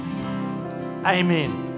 amen